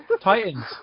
Titans